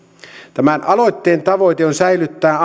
tämän aloitteen tavoite on säilyttää